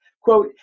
quote